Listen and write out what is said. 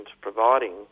providing